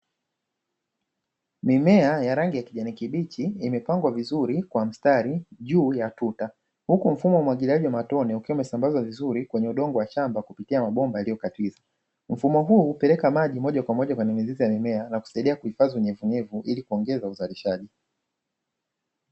Mimea ya rangi ya kijani kibichi imepangwa vizuri kwa mstari juu ya tuta, huku mfumo wa umwagiliaji wa matone ukiwa umesambazwa vizuri kwenye shamba kupitia mabomba yaliyokatiza. Mfumo huu hupeleka maji moja kwa moja kwenye mizizi ya mimea na kusaidia kuhifadhi unyevunyevu ili kuongeza uzalishaji.